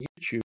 YouTube